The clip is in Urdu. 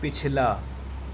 پچھلا